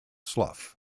slough